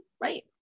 right